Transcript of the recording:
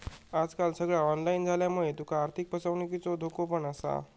आजकाल सगळा ऑनलाईन झाल्यामुळा तुका आर्थिक फसवणुकीचो धोको पण असा